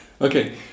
okay